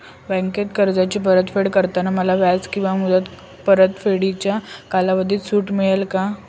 बँकेत कर्जाची परतफेड करताना मला व्याज किंवा मुद्दल परतफेडीच्या कालावधीत सूट मिळेल का?